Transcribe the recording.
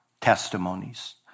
testimonies